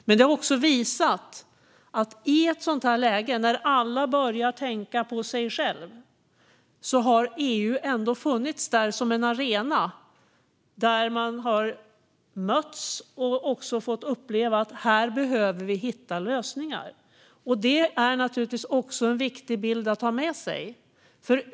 Men i ett sådant här läge när alla börjar tänka på sig själva har EU ändå funnits där som en arena där man har mötts och fått uppleva att man behöver hitta lösningar. Det är naturligtvis också en viktig bild att ta med sig.